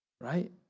Right